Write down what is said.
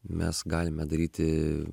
mes galime daryti